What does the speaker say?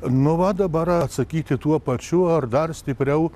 nu va dabar atsakyti tuo pačiu ar dar stipriau